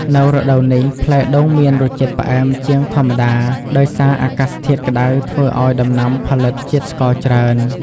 នៅរដូវនេះ ផ្លែដូងមានរសជាតិផ្អែមជាងធម្មតា ដោយសារអាកាសធាតុក្តៅធ្វើឲ្យដំណាំផលិតជាតិស្ករច្រើន។